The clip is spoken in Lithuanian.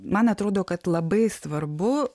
man atrodo kad labai svarbu